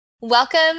Welcome